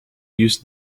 use